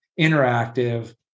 interactive